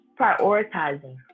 prioritizing